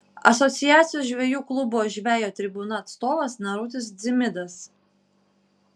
asociacijos žvejų klubo žvejo tribūna atstovas narutis dzimidas